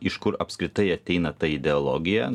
iš kur apskritai ateina ta ideologija